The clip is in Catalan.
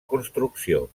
construcció